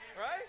Right